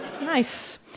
Nice